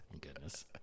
goodness